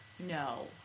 No